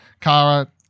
kara